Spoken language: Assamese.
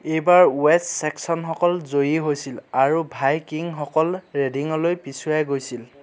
এইবাৰ ৱেষ্ট চেক্সনসকল জয়ী হৈছিল আৰু ভাইকিঙসকল ৰেডিঙলৈ পিছুৱাই গৈছিল